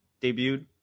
debuted